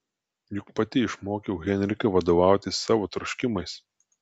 juk pati išmokiau henriką vadovautis savo troškimais